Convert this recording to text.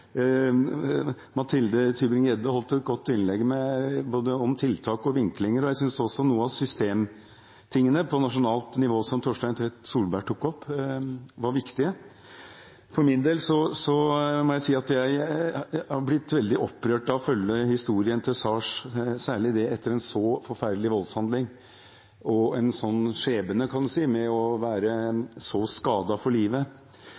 Mathilde Tybring-Gjedde holdt et godt innlegg om både tiltak og vinklinger, og jeg synes også noen av systemtingene på nasjonalt nivå som Torstein Tvedt Solberg tok opp, var viktige. For min del må jeg si at jeg har blitt veldig opprørt av å følge historien til Saers, særlig det at han etter en så forferdelig voldshandling og en sånn skjebne – kan man si – med å være så skadet for livet,